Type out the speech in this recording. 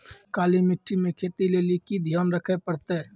काली मिट्टी मे खेती लेली की ध्यान रखे परतै?